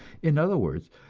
in other words,